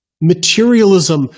Materialism